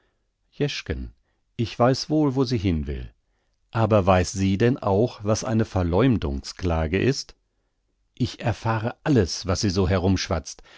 ich weiß wo sie hin will aber weiß sie denn auch was eine verleumdungsklage ist ich erfahre alles was sie so